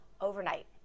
overnight